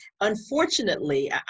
unfortunately